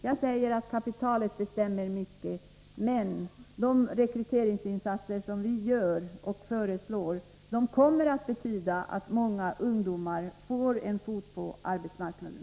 Jag säger att kapitalet bestämmer mycket, men de rekryteringsinsatser som vi föreslår kommer att betyda att många ungdomar får in en fot på arbetsmarknaden.